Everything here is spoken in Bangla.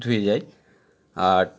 ধুয়ে যায় আর